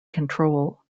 control